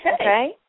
Okay